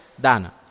Dana